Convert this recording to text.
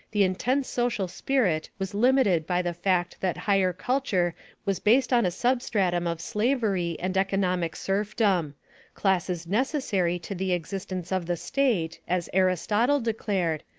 the intense social spirit was limited by the fact that higher culture was based on a substratum of slavery and economic serfdom classes necessary to the existence of the state, as aristotle declared,